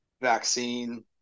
vaccine